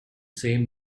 same